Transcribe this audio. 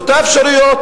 באותן אפשרויות,